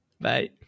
Bye